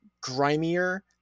grimier